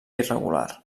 irregular